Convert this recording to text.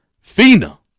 Fina